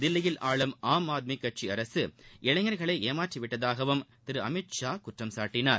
தில்லியில் ஆளும் ஆம் ஆத்மி கட்சி அரசு இளைஞர்களை ஏமாற்றி விட்டதாகவும் அவர் குற்றம் சாட்டினார்